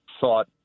thought